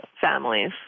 families